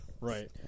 right